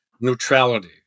neutrality